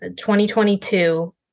2022